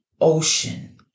ocean